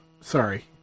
sorry